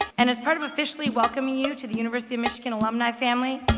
and as part of officially welcoming you to the university of michigan alumni family,